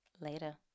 Later